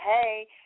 Hey